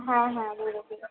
হ্যাঁ হ্যাঁ বলে দেবো